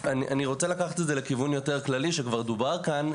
אני רוצה לקחת את זה לכיוון יותר כללי שכבר דובר כאן,